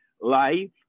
life